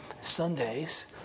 Sundays